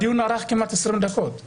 הדיון ארך כמעט 20 דקות.